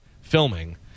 filming